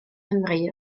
nghymru